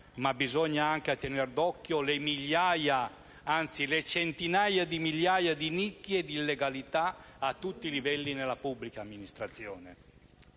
le migliaia, anzi le centinaia di migliaia di nicchie di illegalità a tutti i livelli nella pubblica amministrazione.